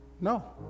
No